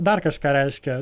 dar kažką reiškia